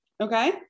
Okay